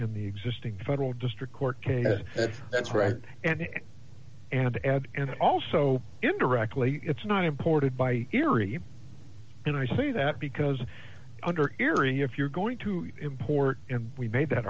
in the existing federal district court case that's right and and add and also indirectly it's not imported by erie and i say that because under area if you're going to import and we made that